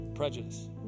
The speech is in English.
prejudice